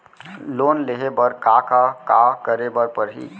Loan लेहे बर का का का करे बर परहि?